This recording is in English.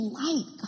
light